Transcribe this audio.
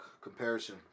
comparison